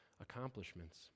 accomplishments